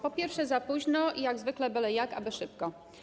Po pierwsze, za późno i jak zwykle byle jak, aby szybko.